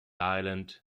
island